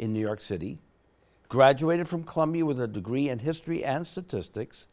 in new york city graduated from columbia with a degree in history and statistics